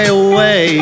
away